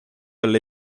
alle